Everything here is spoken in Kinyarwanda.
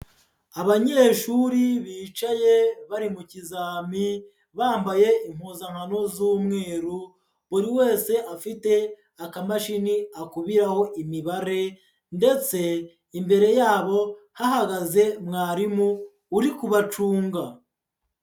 Abanyeshuri bicaye bari mu kizami bambaye impuzankano z'umweru buri wese afite akamashini akubiraho imibare ndetse imbere yabo hahagaze mwarimu uri kubacunga.